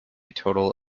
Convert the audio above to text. total